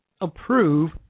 approve